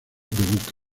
buque